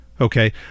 Okay